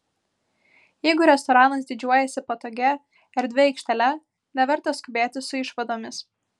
jeigu restoranas didžiuojasi patogia erdvia aikštele neverta skubėti su išvadomis